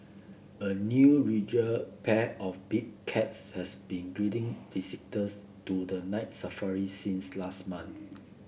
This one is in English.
a new regal pair of big cats has been greeting visitors to the Night Safari since last month